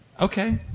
Okay